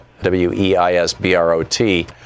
w-e-i-s-b-r-o-t